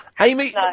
Amy